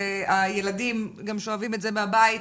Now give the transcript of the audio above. והילדים גם שואבים את זה בבית.